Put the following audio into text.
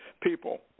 people